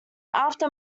after